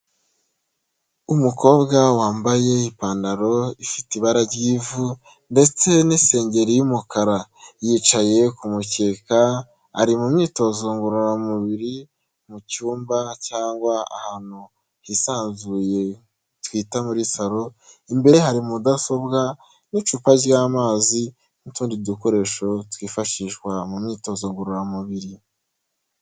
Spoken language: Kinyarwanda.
Umukobwa wambaye ipantaro ifite ibara ry'ivu ndetse n'isengeri y'umukara, yicaye ku mukeka ari mu myitozo ngororamubiri, mu cyumba cyangwa ahantu hisanzuye twita muri saron, imbere hari mudasobwa n'icupa ry'amazi n'utundi dukoresho twifashishwa mu myitozo ngororamubiri.